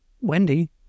wendy